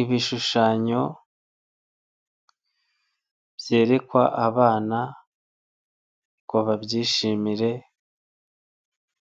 Ibishushanyo byerekwa abana ngo babyishimire,